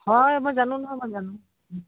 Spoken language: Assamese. হয় মই জানোঁ নহয় মই জানোঁ